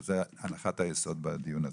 וזאת הנחת היסוד בדיון הזה.